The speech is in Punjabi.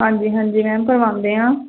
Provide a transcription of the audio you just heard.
ਹਾਂਜੀ ਹਾਂਜੀ ਮੈਮ ਕਰਵਾਉਂਦੇ ਆ